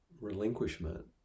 relinquishment